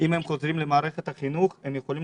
אם הם חוזרים למערכת החינוך הם יכולים